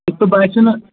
یہِ تۄہہِ باسیو نہ